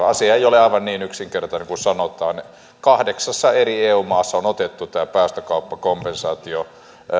asia ei ole aivan niin yksinkertainen kuin sanotaan kahdeksassa eri eu maassa on on otettu tämä päästökauppakompensaatio